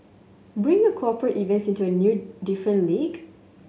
bring your cooperate events into a new different league